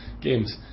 games